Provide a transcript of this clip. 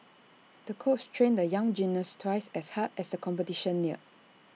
the coach trained the young gymnast twice as hard as the competition neared